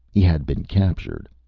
he had been captured.